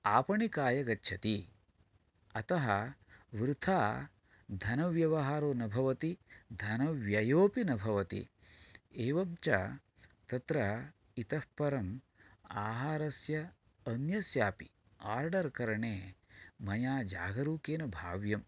आपणिकाय गच्छति अतः वृथा धनव्यवहारो न भवति धनव्ययोऽपि न भवति एवञ्च तत्र इतःपरम् आहारस्य अन्यस्यापि आर्डर् करणे मया जागरूकेन भाव्यम्